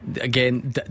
Again